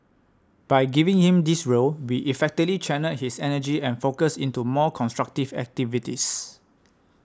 by giving him this role we effectively channelled his energy and focus into more constructive activities